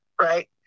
right